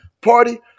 party